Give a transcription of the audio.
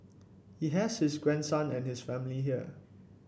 he has his grandson and his family here